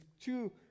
two